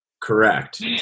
Correct